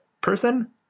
person